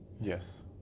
Yes